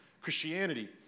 Christianity